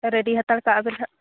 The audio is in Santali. ᱨᱮᱰᱤ ᱦᱟᱛᱟᱲ ᱠᱟᱜ ᱵᱮᱱ ᱦᱟᱜ